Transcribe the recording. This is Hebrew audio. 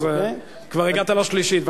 אז כבר הגעת לשלישית.